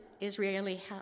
Israeli